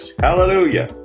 Hallelujah